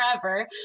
forever